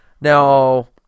Now